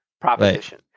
proposition